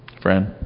friend